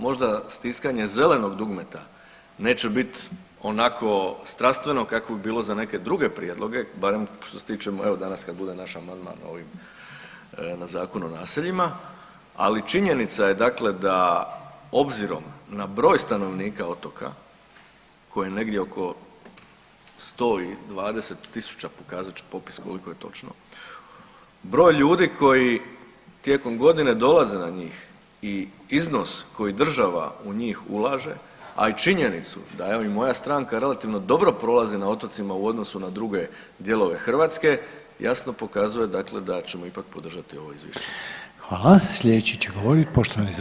Možda stiskanje zelenog dugmeta neće biti onako strastveno kako bi bilo za neke druge prijedloge barem što se tiče evo danas kad bude naš amandman na ovim, na Zakonu o naseljima, ali činjenica je dakle da obzirom na broj stanovnika otoka koji je negdje oko 120.000 pokazat će popis koliko je točno, broj ljudi koji tijekom godine dolaze na njih i iznos koji država u njih ulaže, a i činjenicu da evo i moja stranka relativno dobro prolazi na otocima u odnosu na druge dijelove Hrvatske jasno pokazuje dakle da ćemo ipak podržati ovo izvješće.